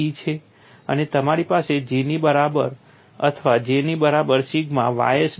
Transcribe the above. અને તમારી પાસે G ની બરાબર અથવા J ની બરાબર સિગ્મા ys ડેલ્ટા છે